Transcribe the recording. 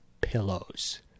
Pillows